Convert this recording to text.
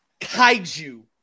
kaiju